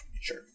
Sure